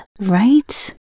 right